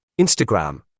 Instagram